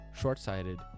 short-sighted